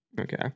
Okay